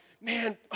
man